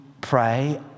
pray